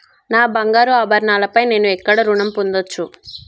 నా బంగారు ఆభరణాలపై నేను ఎక్కడ రుణం పొందచ్చు?